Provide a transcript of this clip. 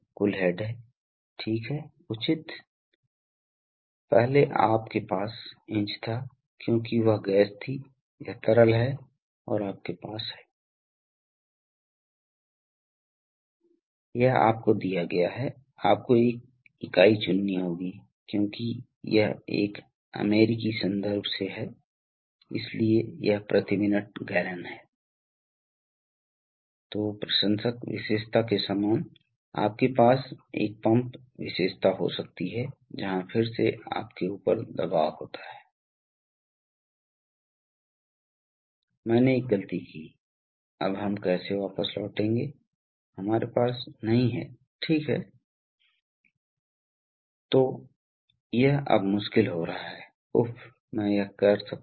तो आपको केवल वाल्व को स्थानांतरित करने के लिए एक न्यूमेटिक्स दबाव लागू करने की आवश्यकता है बाईं ओर स्थानांतरण वास्तव में इस स्प्रिंग से हासिल किया जाता है इसी तरह अगर आप इसे इस स्थिति से जोड़ते हैं तो क्या होता है दबाव यहां से जुड़ा हुआ है और फिर जब यह वाल्व इस स्थिति में है आप देखते हैं इसलिए इसे सील कर दिया जाता है जबकि उच्च दबाव जाएगा और कम दबाव वापस आ जाएगा इसलिए सिलेंडर इस तरह से आगे बढ़ेगा यदि आप अब इस वाल्व को स्थानांतरित करते हैं तो क्या हुआ क्या होने जा रहा है उच्च दबाव इस तरफ से जाएगा